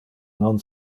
non